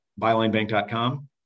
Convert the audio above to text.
bylinebank.com